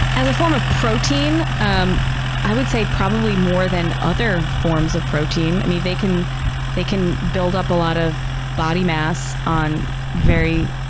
as a form of protein, um i would say probably more than other forms of protein. i mean, they can they can build up a lot of body mass on very